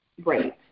Great